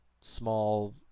small